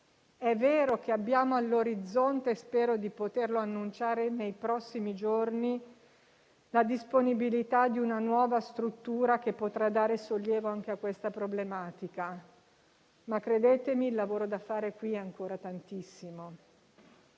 è vero che abbiamo all'orizzonte - spero di poterlo annunciare nei prossimi giorni - la disponibilità di una nuova struttura che potrà dare sollievo anche a questa problematica, ma, credetemi, il lavoro da fare qui è ancora tantissimo.